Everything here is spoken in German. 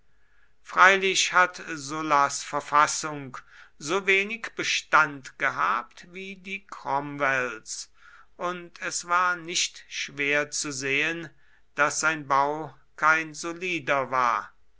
freilich hat sullas verfassung so wenig bestand gehabt wie die cromwells und es war nicht schwer zu sehen daß sein bau kein solider war